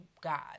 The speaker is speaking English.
God